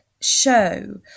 show